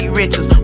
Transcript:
riches